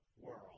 world